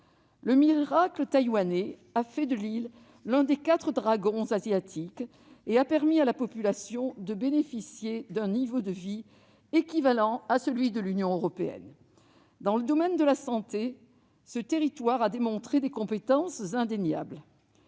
Le miracle taïwanais a fait de l'île l'un des quatre dragons asiatiques et a permis à la population de bénéficier d'un niveau de vie équivalent à celui de la population de l'Union européenne. Dans le domaine de la santé, l'île a démontré des compétences indéniables.